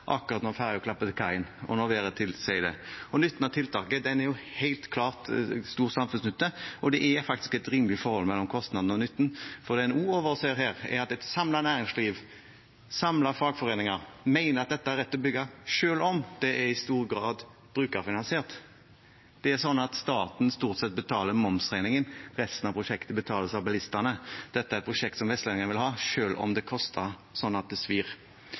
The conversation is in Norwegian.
akkurat når ferja klapper til kai og når været tilsier det. Når det gjelder nytten av tiltaket, har det helt klart stor samfunnsnytte. Og det er faktisk et rimelig forhold mellom kostnaden og nytten, for det man overser her, er at et samlet næringsliv og fagforeninger mener at dette er det rett å bygge selv om det i stor grad er brukerfinansiert. Det er sånn at staten stort sett betaler momsregningen, resten av prosjektet betales av bilistene. Dette er et prosjekt som vestlendinger vil ha, selv om det koster så det svir.